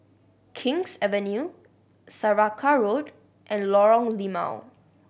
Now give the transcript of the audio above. King's Avenue Saraca Road and Lorong Limau